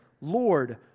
Lord